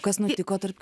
kas nutiko tarp